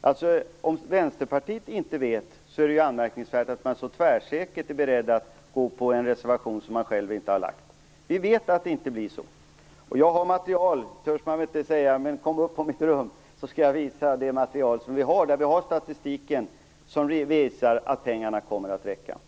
Om man inom Vänsterpartiet inte vet är det anmärkningsvärt att man så tvärsäkert är beredd att stödja en reservation som man själv inte har fogat till betänkandet. Vi vet att det inte blir så som Hanna Zetterberg befarar. Jag har material, så om Hanna Zetterberg kommer upp på mitt rum skall jag visa statistik på att pengarna kommer att räcka.